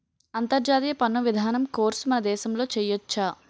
అంతర్జాతీయ పన్ను విధానం కోర్సు మన దేశంలో చెయ్యొచ్చా